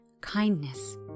kindness